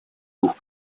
дух